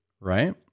right